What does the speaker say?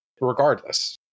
regardless